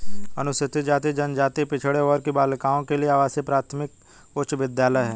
अनुसूचित जाति जनजाति पिछड़े वर्ग की बालिकाओं के लिए आवासीय प्राथमिक उच्च विद्यालय है